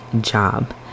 job